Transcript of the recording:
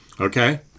Okay